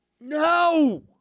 No